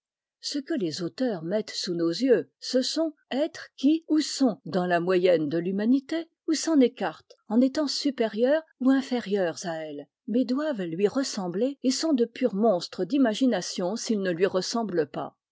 ce que les auteurs mettent sous nos yeux ce sont êtres qui ou sont dans la moyenne de l'humanité ou s'en écartent en étant supérieurs ou inférieurs à elle mais doivent lui ressembler et sont de purs monstres d'imagination s'ils ne lui ressemblent pas